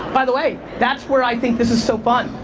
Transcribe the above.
by the way that's where i think this is so fun.